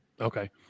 okay